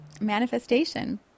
manifestation